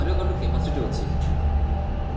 ମାରିବ କେପାସିଟି ଅଛି